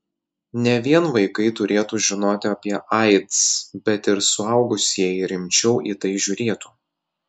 ne vien vaikai turėtų žinoti apie aids bet ir suaugusieji rimčiau į tai žiūrėtų